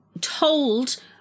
told